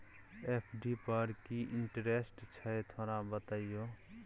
FD पर की interest छय थोरा बतईयो?